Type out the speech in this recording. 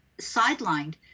sidelined